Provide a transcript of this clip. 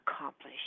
accomplish